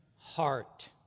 heart